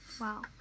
Wow